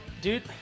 dude